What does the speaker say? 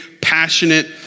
passionate